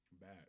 bad